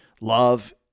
Love